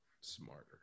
smarter